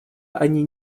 они